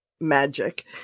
magic